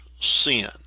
sin